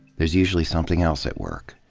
there's usually something else at work.